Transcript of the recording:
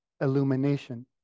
illumination